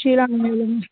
ஷீலா மீனை எடுங்க